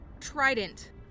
trident